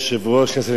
כנסת נכבדה,